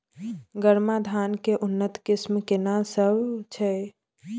गरमा धान के उन्नत किस्म केना सब छै?